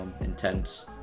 Intense